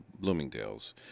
Bloomingdale's